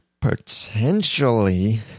potentially